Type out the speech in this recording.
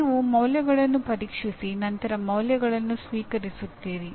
ನೀವು ಮೌಲ್ಯಗಳನ್ನು ಪರೀಕ್ಷಿಸಿ ನಂತರ ಮೌಲ್ಯಗಳನ್ನು ಸ್ವೀಕರಿಸುತ್ತೀರಿ